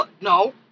No